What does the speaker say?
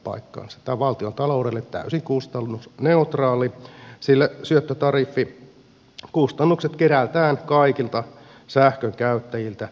tämä on valtiontaloudelle täysin kustannusneutraalia sillä syöttötariffikustannukset kerätään kaikilta sähkönkäyttäjiltä sähkölaskussa